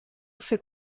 fait